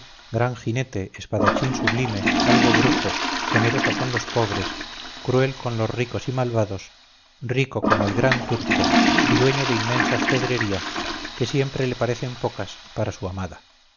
gran jinete espadachín sublime algo brujo generoso con los pobres cruel con los ricos y malvados rico como el gran turco y dueño de inmensas pedrerías que siempre le parecen pocas para su amada